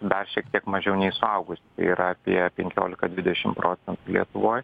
dar šiek tiek mažiau nei suaugusių tai yra apie penkiolika dvidešim procentų lietuvoj